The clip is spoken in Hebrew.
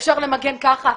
אפשר למגן ככה,